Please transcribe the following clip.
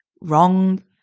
wrong